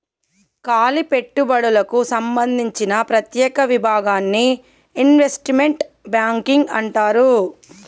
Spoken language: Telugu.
కాలి పెట్టుబడులకు సంబందించిన ప్రత్యేక విభాగాన్ని ఇన్వెస్ట్మెంట్ బ్యాంకింగ్ అంటారు